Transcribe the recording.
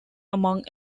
among